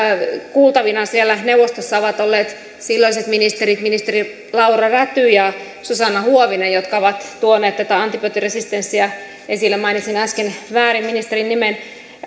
kuultavina siellä neuvostossa ovat olleet silloiset ministerit laura räty ja susanna huovinen jotka ovat tuoneet tätä antibioottiresistenssiä esille mainitsin äsken väärin ministerin nimen